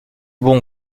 bon